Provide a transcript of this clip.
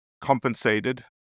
compensated